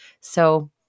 So-